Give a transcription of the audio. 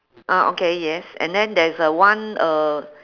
oh okay yes and then there's a one uh